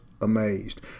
amazed